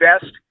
best